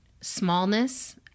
smallness